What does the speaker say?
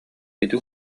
ити